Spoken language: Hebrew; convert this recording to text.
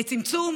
את צמצום